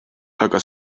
aga